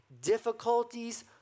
difficulties